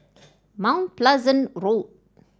Mount Pleasant Road